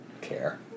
care